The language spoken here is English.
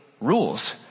rules